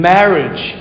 Marriage